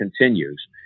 continues